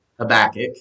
Habakkuk